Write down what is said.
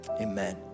amen